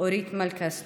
אורית מלכה סטרוק,